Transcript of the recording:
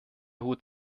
hut